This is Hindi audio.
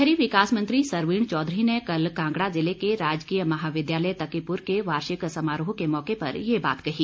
शहरी विकास मंत्री सरवीण चौधरी ने कल कांगड़ा जिले के राजकीय महाविद्यालय तकीपुर के वार्षिक समारोह के मौके पर ये बात कही